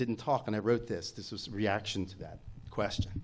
didn't talk and i wrote this this is reaction to that question